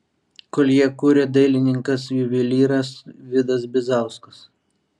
koljė kuria dailininkas juvelyras vidas bizauskas